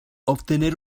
obtener